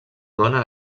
dóna